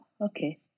Okay